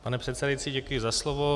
Pane předsedající, děkuji za slovo.